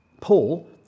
Paul